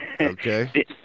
Okay